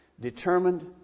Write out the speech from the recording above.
determined